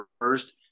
first